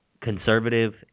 conservative